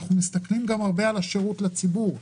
אנחנו מסתכלים גם הרבה על השירות לציבור.